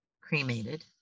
cremated